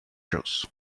shows